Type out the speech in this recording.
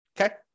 okay